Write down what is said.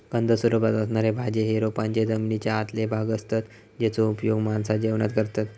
कंद स्वरूपात असणारे भाज्ये हे रोपांचे जमनीच्या आतले भाग असतत जेचो उपयोग माणसा जेवणात करतत